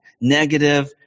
negative